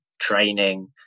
training